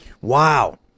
Wow